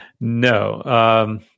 No